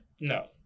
No